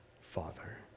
Father